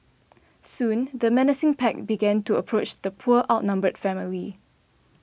soon the menacing pack began to approach the poor outnumbered family